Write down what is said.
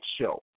show